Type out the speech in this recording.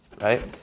right